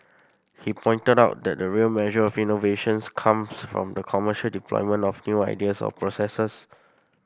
he pointed out that the real measure of innovations comes from the commercial deployment of new ideas or processes